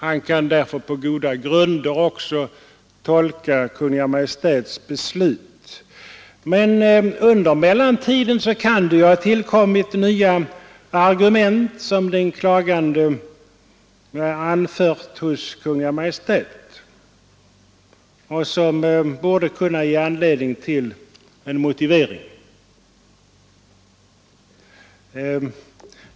Han kan därför på goda grunder också 26 april 1973 tolka Kungl. Maj:ts beslut. Men under mellantiden kan nya argument ha tillkommit, vilka den klagande kan ha anfört hos Kungl. Maj:t och dessa Granskning av stats borde kunna ge anledning till en motivering.